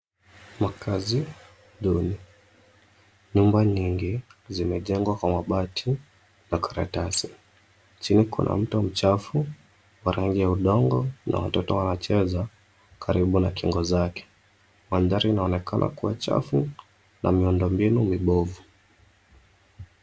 Makazi duni nyumba nyingi zimejengwa kwa mabati na karatasi, chini kuna mto mchafu wa rangi ya udongo na watoto wanacheza karibu na kingo zake, mandhari inaonekana kuwa chafu na miundombinu mibovu.